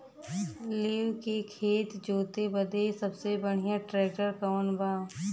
लेव के खेत जोते बदे सबसे बढ़ियां ट्रैक्टर कवन बा?